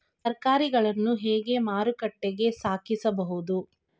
ತರಕಾರಿಗಳನ್ನು ಹೇಗೆ ಮಾರುಕಟ್ಟೆಗೆ ಸಾಗಿಸಬಹುದು?